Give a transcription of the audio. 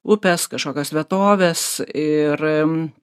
upės kažkokios vietovės ir